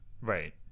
right